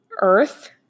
Earth